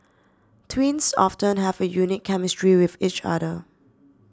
twins often have a unique chemistry with each other